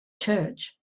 church